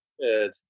Good